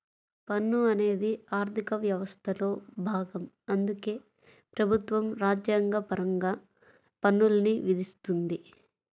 పన్ను అనేది ఆర్థిక వ్యవస్థలో భాగం అందుకే ప్రభుత్వం రాజ్యాంగపరంగా పన్నుల్ని విధిస్తుంది